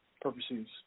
purposes